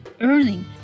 earning